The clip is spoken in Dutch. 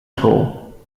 school